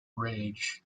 rage